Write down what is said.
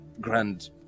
Grand